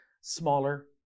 smaller